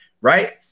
Right